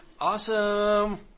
awesome